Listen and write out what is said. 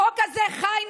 החוק הזה חי,